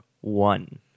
one